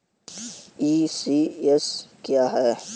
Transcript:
ECS क्या है?